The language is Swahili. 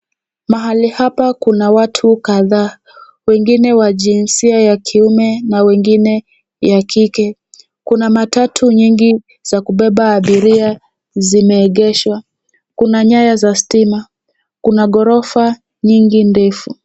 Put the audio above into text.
Mahali hapa kuna watu kadhaa, wengine wa jinsia ya kiume na wengine ya kike. Kuna matatu nyingi za kubeba abiria zimeegeshwa. Kuna nyaya za stima, kuna ghorofa nyingi ndefu.